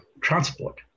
transport